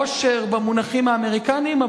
עושר במונחים האמריקניים,